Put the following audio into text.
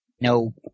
No